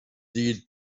sie